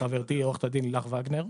חברתי עורכת הדין לילך וגנר,